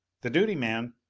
the duty man,